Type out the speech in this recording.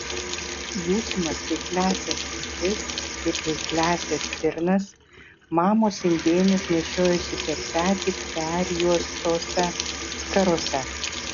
būsimas taikliąsias akis ir eikliąsias stirnas mamos indėnės nešiojosi per petį perjuostose skarose